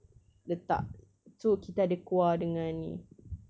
letak so kita ada kuah dengan ni